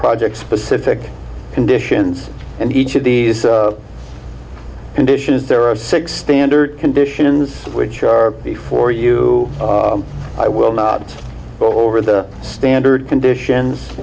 projects specific conditions and each of these conditions there are six standard conditions which are before you i will not go over the standard conditions